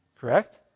Correct